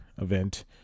event